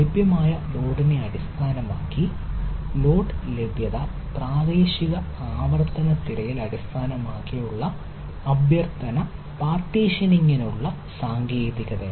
ലഭ്യമായ ലോഡിനെ അടിസ്ഥാനമാക്കി ലോഡ് ലഭ്യത പ്രാദേശിക ആവർത്തന തിരയൽ അടിസ്ഥാനമാക്കിയുള്ള അഭ്യർത്ഥന പാർട്ടീഷനിംഗിനുള്ള സാങ്കേതികതയാണ്